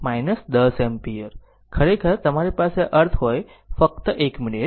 ખરેખર તમારી પાસે અર્થ હોય ફક્ત 1 મિનિટ